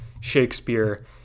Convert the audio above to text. Shakespeare